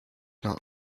not